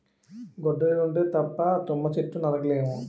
గొడ్డలి ఉంటే తప్ప తుమ్మ చెట్టు నరక లేము